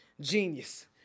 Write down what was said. Genius